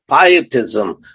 pietism